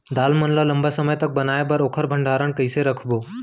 दाल मन ल लम्बा समय तक बनाये बर ओखर भण्डारण कइसे रखबो?